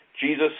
Jesus